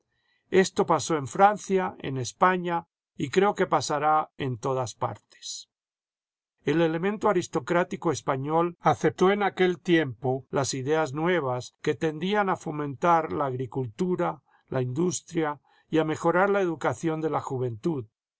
esto pasó en francia en españa y creo que pasará en todas partes el elemento aristocrático español aceptó en aquel tiempo las ideas nuevas que tendían a fomentar la aghcuhura la industria y a mejorar la educación de la juventud